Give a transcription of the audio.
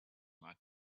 might